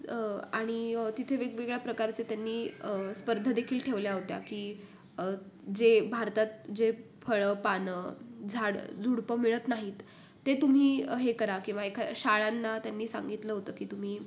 आणि तिथे वेगवेगळ्या प्रकारचे त्यांनी स्पर्धादेखील ठेवल्या होत्या की जे भारतात जे फळं पानं झाडं झुडपं मिळत नाहीत ते तुम्ही हे करा किंवा एखा शाळांना त्यांनी सांगितलं होतं की तुम्ही